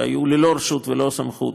שהיו ללא רשות וללא סמכות,